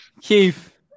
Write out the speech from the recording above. Keith